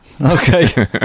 Okay